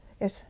Yes